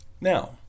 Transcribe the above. Now